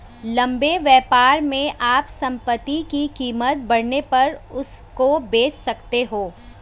लंबे व्यापार में आप संपत्ति की कीमत बढ़ने पर उसको बेच सकते हो